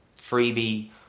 freebie